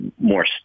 more